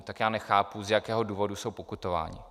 Tak já nechápu, z jakého důvodu jsou pokutováni.